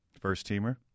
first-teamer